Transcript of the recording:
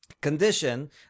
condition